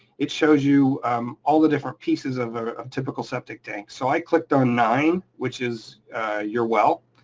it shows you all the different pieces of a typical septic tank, so i clicked on nine, which is your well,